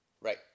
Right